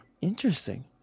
Interesting